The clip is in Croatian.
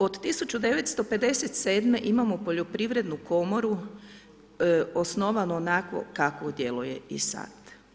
Od 1957. imamo poljoprivrednu komoru osnovanu onakvu kakva djeluje i sad.